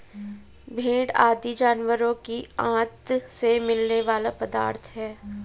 भेंड़ आदि जानवरों के आँत से मिलने वाला पदार्थ है